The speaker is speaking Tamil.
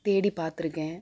தேடி பார்த்துருக்கேன்